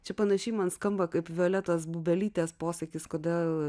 ši panašiai man skamba kaip violetos bubelytės posakis kodėl